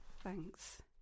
Thanks